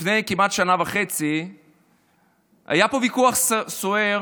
לפני כמעט שנה וחצי היה פה ויכוח סוער